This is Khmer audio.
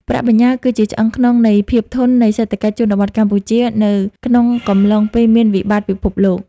ប្រាក់បញ្ញើគឺជា "ឆ្អឹងខ្នង" នៃភាពធន់នៃសេដ្ឋកិច្ចជនបទកម្ពុជានៅក្នុងកំឡុងពេលមានវិបត្តិពិភពលោក។